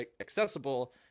accessible